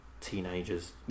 Teenagers